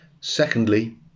Secondly